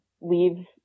leave